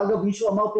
מישהו אמר פה,